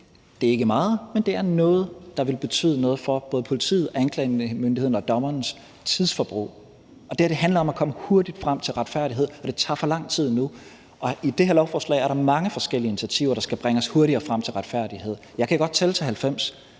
det er ikke meget, men det er noget, der vil betyde noget for både politiet, anklagemyndigheden og dommerens tidsforbrug, og det her handler om at komme hurtigt frem til en retfærdighed, og det tager for lang tid nu, og i det her lovforslag er der mange forskellige initiativer, der skal bringe os hurtigere frem til en retfærdighed. Jeg kan godt tælle til 90,